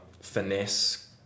finesse